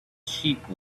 sheep